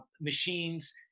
machines